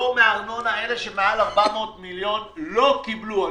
פטור מארנונה אלה שמעל 400 מיליון לא קיבלו,